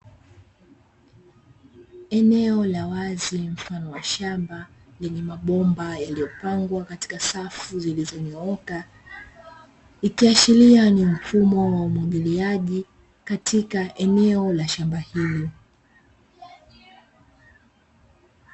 Eneo la wazi mfano wa shamba lenye mabomba yaliyopangwa katika safu zilizonyooka, ikiashiria ni mfumo wa umwagiliaji katika eneo la shamba hilo.